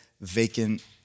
vacant